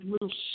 little